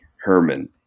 Herman